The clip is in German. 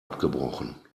abgebrochen